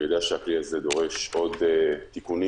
אני יודע שהכלי הזה דורש עוד תיקונים,